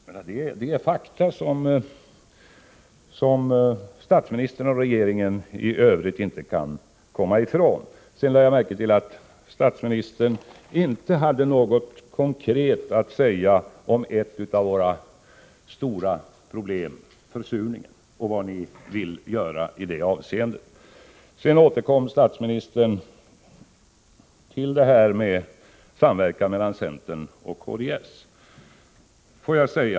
Det är fakta som statsministern och regeringen i övrigt inte kan komma ifrån. Sedan lade jag märke till att statsministern inte hade något konkret att säga om ett av våra stora problem — försurningen — och vad ni vill göra i det avseendet. Statsministern återkom till samverkan mellan centern och kds.